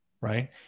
right